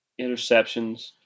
interceptions